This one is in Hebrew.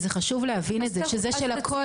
חשוב להבין את זה, שזה של הכול.